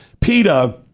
PETA